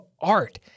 art